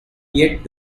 yet